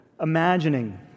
imagining